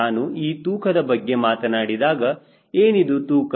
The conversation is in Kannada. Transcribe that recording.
ನಾನು ಈ ತೂಕದ ಬಗ್ಗೆ ಮಾತನಾಡಿದಾಗ ಏನಿದು ತೂಕ